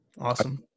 Awesome